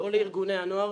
לא לארגוני הנוער.